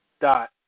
dot